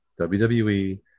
wwe